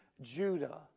Judah